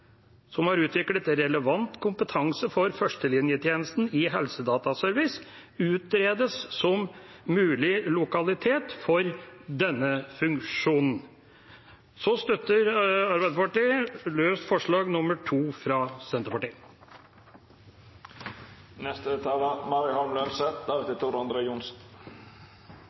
som har utviklet relevant kompetanse på førstelinjetjenesten i Helsedataservice, utredes som mulig lokalitet for denne funksjonen. Arbeiderpartiet støtter løst forslag nr. 2 fra Senterpartiet.